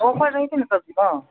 offer रहै छै ने सब्जीमे